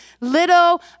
little